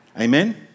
Amen